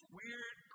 weird